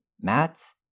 mats